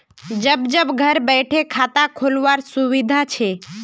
जब जब घर बैठे खाता खोल वार सुविधा छे